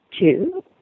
Two